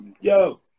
Yo